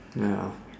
ya